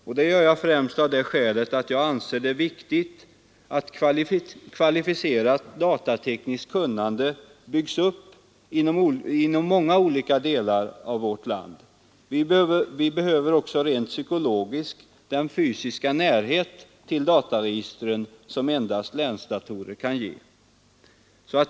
Och det gör jag främst av det skälet att jag anser det viktigt att kvalificerat datatekniskt kunnande byggs upp inom många olika delar av vårt land. Vi behöver också rent psykologiskt den fysiska närhet till dataregistren som endast länsdatorer kan ge.